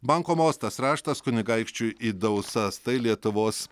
banko mostas raštas kunigaikščiui į dausas tai lietuvos